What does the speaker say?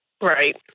Right